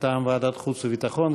מטעם ועדת החוץ והביטחון,